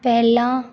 ਪਹਿਲਾਂ